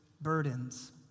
burdens